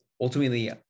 Ultimately